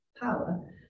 power